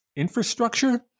Infrastructure